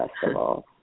Festival